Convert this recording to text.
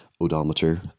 odometer